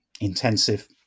intensive